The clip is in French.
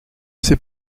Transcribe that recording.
sait